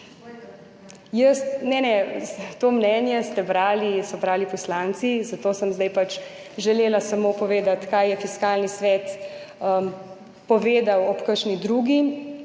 to mnenje ste brali, so brali poslanci, zato sem zdaj pač želela samo povedati, kaj je Fiskalni svet povedal ob kakšni drugi